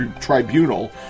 Tribunal